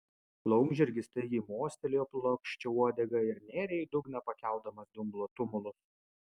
laumžirgis staigiai mostelėjo plokščia uodega ir nėrė į dugną pakeldamas dumblo tumulus